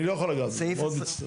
אני לא יכול לגעת בזה, אני מאוד מצטער.